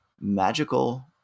magical